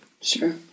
Sure